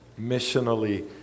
Missionally